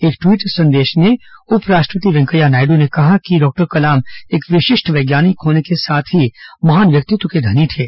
एक ट्वीट में उपराष्ट्रपति वेंकैया नायडु ने कहा कि डॉक्टर कलाम एक विशिष्ट वैज्ञानिक होने के साथ ही महान व्यक्तित्व के धनी थे